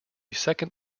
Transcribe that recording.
second